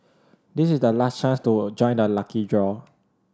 this is the last chance to join the lucky draw